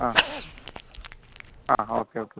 ആ ആ okay okay